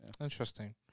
Interesting